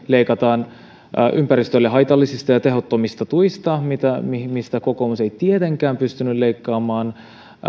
leikataan esimerkiksi ympäristölle haitallisista ja tehottomista tuista joista kokoomus ei tietenkään pystynyt leikkaamaan